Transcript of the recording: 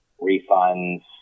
refunds